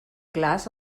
clars